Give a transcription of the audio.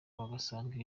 bagasanga